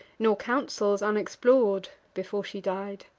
nor counsels unexplor'd, before she died.